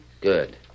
Good